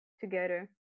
together